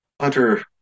Hunter